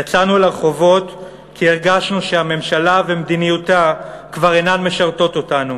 יצאנו לרחובות כי הרגשנו שהממשלה ומדיניותה כבר אינן משרתות אותנו.